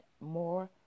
more